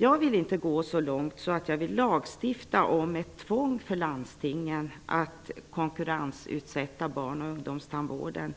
Jag vill inte gå så långt som att föreslå lagstiftning och tvång för landstingen att konkurrensutsätta barn och ungdomstandvården.